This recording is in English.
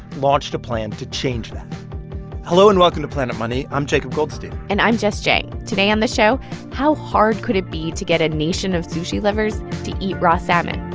launched a plan to change that hello, and welcome to planet money. i'm jacob goldstein and i'm jess jiang today on the show how hard could it be to get a nation of sushi lovers to eat raw salmon?